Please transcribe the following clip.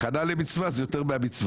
הכנה למצווה זה יותר מהמצווה.